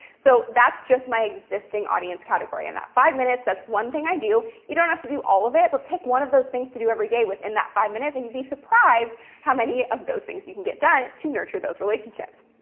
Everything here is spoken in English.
so that's just my existing audience category and that five minutes, that's one thing i do. you don't have to do all of it, but pick one of those things to do every day within that five minutes and you'd be surprised how many of those things you can get done to nurture those relationships.